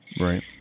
Right